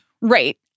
Right